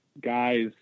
guys